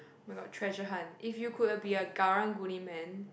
oh my god treasure hunt if you could a be a karang guni man